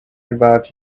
about